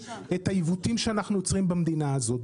העיוותים שאנחנו יוצרים במדינה הזאת.